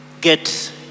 Get